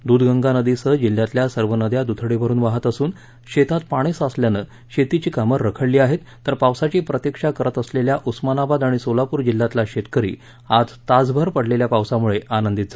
दूधगंगा नदीसह जिल्ह्यातल्या सर्व नद्या दूधडी भरुन वाहत असून शेतात पाणी साचल्याने शेतीची कामे रखडली आहेत तर पावसाची प्रतिक्षा करीत असलेल्या उस्मानाबद आणि सोलापूर जिल्ह्यातला शेतकरी आज तासभर पडलेल्या पावसामुळे आनंदित झाला आहे